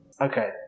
Okay